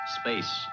Space